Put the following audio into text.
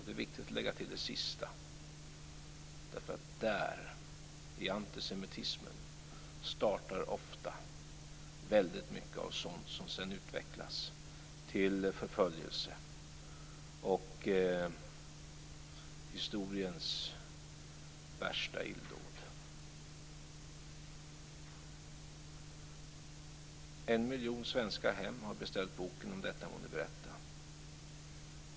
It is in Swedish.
Det är viktigt att lägga till det sista, därför att där, i antisemitismen, startar ofta väldigt mycket av sådant som sedan utvecklas till förföljelse och historiens värsta illdåd. En miljon svenska hem har beställt boken Om detta må du berätta.